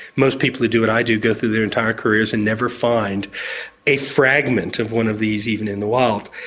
most people who do what i do go through their entire careers and never find a fragment of one of these even in the wild.